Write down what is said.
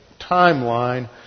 timeline